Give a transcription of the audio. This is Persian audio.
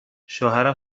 شوهرم